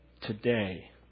today